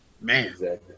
man